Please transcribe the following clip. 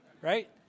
Right